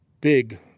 Big